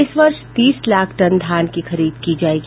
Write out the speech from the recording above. इस वर्ष तीस लाख टन धान की खरीद की जायेगी